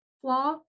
flaw